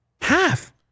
Half